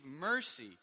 mercy